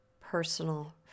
personal